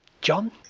john